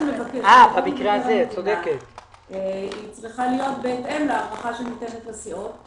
ההארכה צריכה להיות בהתאם להארכה שניתנת לסיעות.